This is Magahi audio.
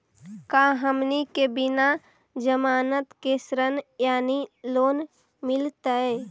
का हमनी के बिना जमानत के ऋण यानी लोन मिलतई?